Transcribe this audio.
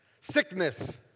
Sickness